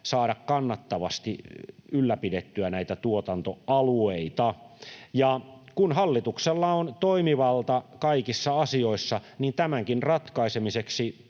saada kannattavasti ylläpidettyä näitä tuotantoalueita. Kun hallituksella on toimivalta kaikissa asioissa, niin tämänkin ratkaisemiseksi